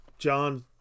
John